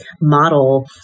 model